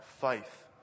faith